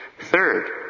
Third